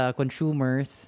consumers